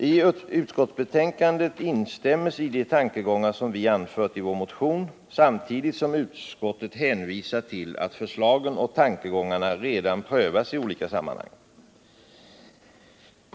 I utskottsbetänkandet instämmes i de tankegångar som vi anfört i vår motion, samtidigt som utskottet hänvisar till att förslagen och tankegångarna redan prövas i olika sammanhang.